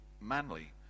manly